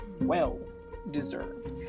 well-deserved